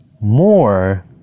more